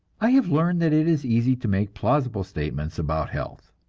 i have learned that it is easy to make plausible statements about health,